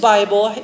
Bible